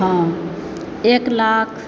हँ एक लाख